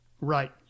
Right